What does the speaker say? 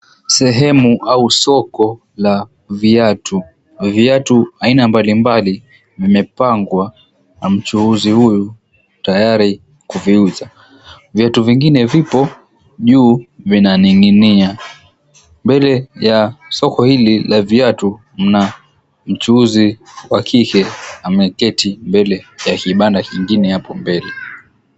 Sehemu au soko la viatu. Viatu aina mbalimbali vimepangwa na mchuuzi huyu tayari kuviuza, viatu vingine vipo juu vinaning'inia. Mbele ya soko hili la viatu mna mchuuzi wa kike ameketi mbele ya kibanda kingine hapo mbele.